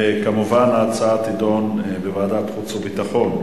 כמובן, ההצעה תידון בוועדת החוץ והביטחון.